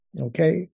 Okay